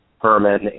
Herman